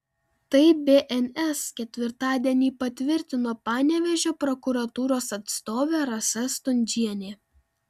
tai bns ketvirtadienį patvirtino panevėžio prokuratūros atstovė rasa stundžienė